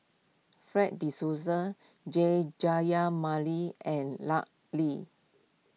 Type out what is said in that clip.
Fred De Souza Jayamani and Lut Ali